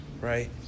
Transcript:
Right